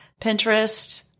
Pinterest